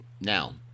Now